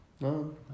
No